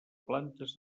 plantes